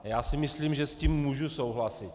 Já si myslím, že s tím můžu souhlasit.